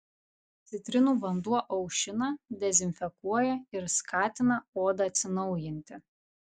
citrinų vanduo aušina dezinfekuoja ir skatina odą atsinaujinti